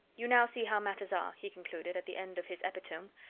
you now see how matters are, he concluded, at the end of his epitome,